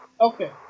Okay